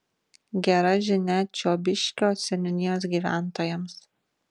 gera žinia čiobiškio seniūnijos gyventojams